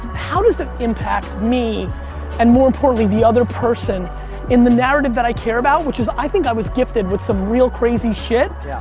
how does it impact me and more importantly the other person in the narrative that i care about which is i think i was gifted with some real crazy shit.